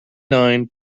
nine